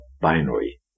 binary